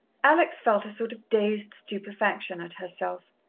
alex felt a sort of dazed stupefaction at herself.